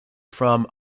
from